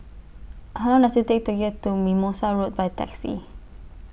How Long Does IT Take to get to Mimosa Road By Taxi